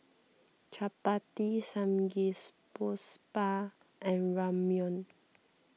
Chapati and Ramyeon